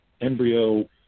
embryo